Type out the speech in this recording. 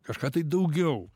kažką tai daugiau